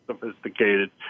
sophisticated